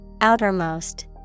Outermost